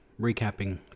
recapping